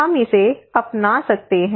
हम इसे अपना सकते हैं